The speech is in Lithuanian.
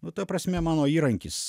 nu ta prasme mano įrankis